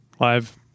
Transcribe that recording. live